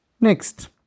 Next